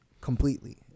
completely